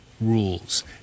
rules